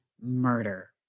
murder